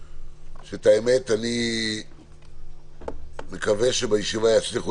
שאני די חצוי